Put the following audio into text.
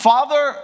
Father